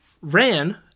ran